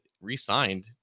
re-signed